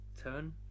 turn